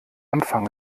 empfang